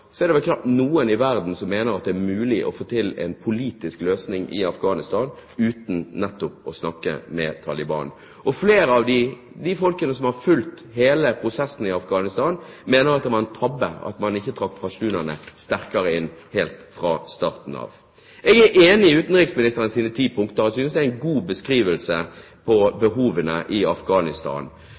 er det vel knapt noen i verden som mener at det er mulig å få til en politisk løsning i Afghanistan uten nettopp å snakke med Taliban. Flere av dem som har fulgt hele prosessen i Afghanistan, mener at det var en tabbe at man ikke trakk pashtunerne sterkere inn helt fra starten av. Jeg er enig i utenriksministerens ti punkter og synes det er en god beskrivelse av behovene i Afghanistan.